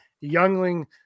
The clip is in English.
youngling